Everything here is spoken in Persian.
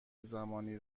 زمانی